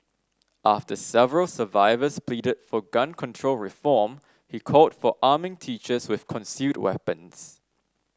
after several survivors pleaded for gun control reform he called for arming teachers with concealed weapons